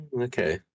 Okay